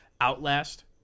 Outlast